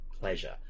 pleasure